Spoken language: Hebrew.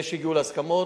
זה שהגיעו להסכמות,